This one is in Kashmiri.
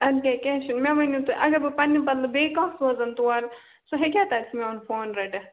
اَدٕ کیٛاہ کیٚنٛہہ چھُنہٕ مےٚ ؤنِو تُہۍ اگر بہٕ پنٕنہِ بدلہٕ بیٚیہِ کانٛہہ سوزن تور سُہ ہیٚکیٛاہ تتہِ میٛون فون رٔٹِتھ